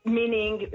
Meaning